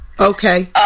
Okay